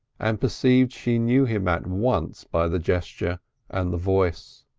and perceived she knew him at once by the gesture and the voice.